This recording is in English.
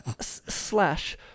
Slash